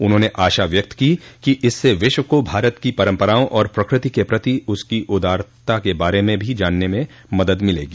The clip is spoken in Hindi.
उन्होंने आशा व्यक्त की कि इससे विश्व को भारत की परंपराओं और प्रकृति के प्रति उसकी उदारता के बारे में जानने में मदद मिलेगी